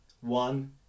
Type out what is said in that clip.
one